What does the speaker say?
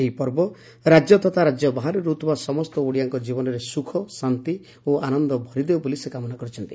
ଏହି ପର୍ବ ରାଜ୍ୟ ତଥା ରାଜ୍ୟ ବାହାରେ ରହୁଥିବା ସମସ୍ତ ଓଡିଆଙ୍କ ଜୀବନରେ ସୁଖ ଶାନ୍ତି ଓ ଆନନ୍ଦ ଭରି ଦେଉ ବୋଲି ସେ କାମନା କରିଛନ୍ତି